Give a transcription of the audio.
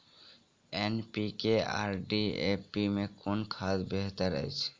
NPK आ DAP मे कुन खाद बेहतर अछि?